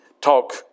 talk